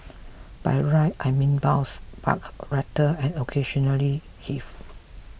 by ride I mean bounce buck rattle and occasionally heave